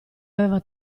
aveva